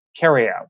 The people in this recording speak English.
carryout